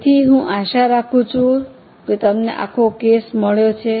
તેથી હું આશા રાખું છું કે તમને આખો કેસ મળ્યો છે